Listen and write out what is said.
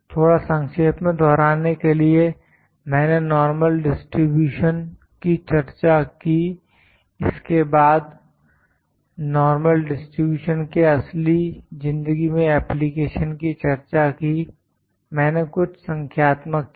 थोड़ा संक्षेप में दोहराने के लिए मैंने नॉर्मल डिस्ट्रीब्यूशन की चर्चा की इसके बाद नॉर्मल डिस्ट्रीब्यूशन के असली जिंदगी में एप्लीकेशन की चर्चा की मैंने कुछ संख्यात्मक किए